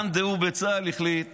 מאן דהוא בצה"ל החליט